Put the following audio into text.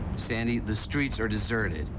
sandy, the streets are deserted.